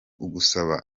ugusaba